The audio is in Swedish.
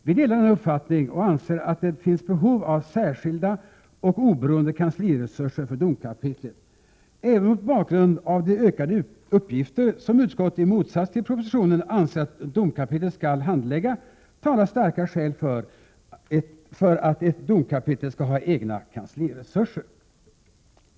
Vi delar denna uppfattning och anser att det finns behov av särskilda och oberoende kansliresurser för domkapitlet. Även mot bakgrund av de ökade uppgifter som utskottet i motsats till vad man i propositionen anser att domkapitlet skall handlägga talar starka skäl för att ett domkapitel skall ha egna kansliresurser.